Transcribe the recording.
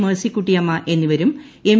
മെഴ്സിക്കുട്ടിയമ്മ എന്നിവരും എം